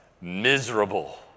miserable